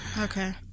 Okay